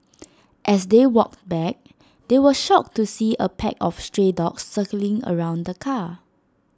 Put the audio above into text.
as they walked back they were shocked to see A pack of stray dogs circling around the car